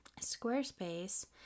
Squarespace